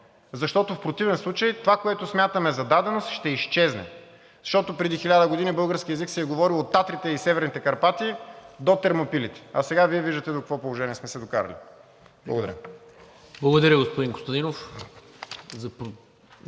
защото в противен случай това, което смятаме за даденост, ще изчезне. Защото преди 1000 години български език се е говорил от Татрите и Северните Карпати до Термопилите, а сега Вие виждате до какво положение сме се докарали. Благодаря. ПРЕДСЕДАТЕЛ НИКОЛА МИНЧЕВ: Благодаря, господин Костадинов.